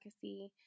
see